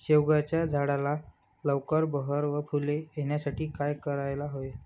शेवग्याच्या झाडाला लवकर बहर व फूले येण्यासाठी काय करायला हवे?